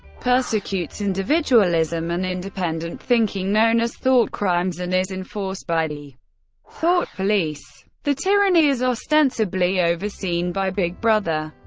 persecutes individualism and independent thinking known as thoughtcrimes and is enforced by the thought police. the tyranny is ostensibly overseen by big brother,